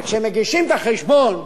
כשמגישים את החשבון,